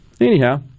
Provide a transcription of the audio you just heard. anyhow